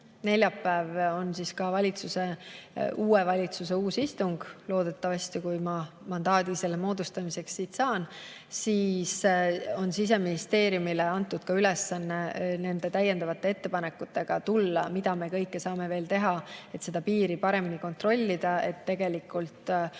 neljapäev on uue valitsuse uus istung – loodetavasti, kui ma mandaadi selle moodustamiseks siit saan –, siis on Siseministeeriumile antud ülesanne tulla täiendavate ettepanekutega, mida kõike me saame veel teha, et seda piiri paremini kontrollida, neid riske